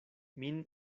min